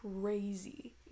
crazy